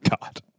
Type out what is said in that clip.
God